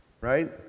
right